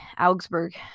Augsburg